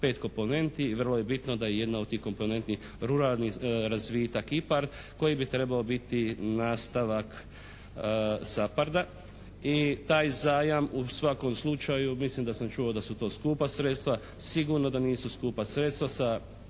pet komponenti. Vrlo je bitno da jedna od tih komponenti ruralni razvitak IPAR koji bi trebao biti nastavak SAPARD-a i taj zajam u svakom slučaju mislim da sam čuo da su to skupa sredstva. Sigurno da to nisu skupa sredstva sa